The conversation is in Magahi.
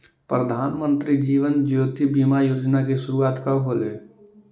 प्रधानमंत्री जीवन ज्योति बीमा योजना की शुरुआत कब होलई